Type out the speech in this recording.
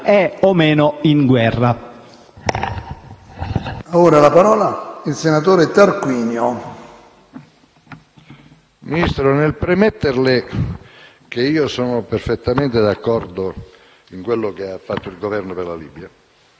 è o meno in guerra.